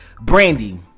Brandy